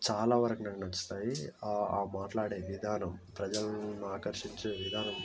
చాలావరకు నాకు నచ్చుతాయి ఆ మాట్లాడే విధానం ప్రజలను ఆకర్షించే విధానం